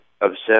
obsessed